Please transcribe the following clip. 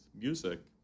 music